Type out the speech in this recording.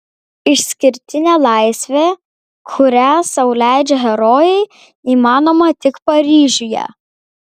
išskirtinė laisvė kurią sau leidžia herojai įmanoma tik paryžiuje